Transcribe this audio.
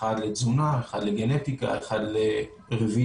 יחד אתך חן